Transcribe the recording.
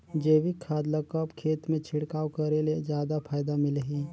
जैविक खाद ल कब खेत मे छिड़काव करे ले जादा फायदा मिलही?